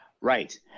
Right